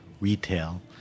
retail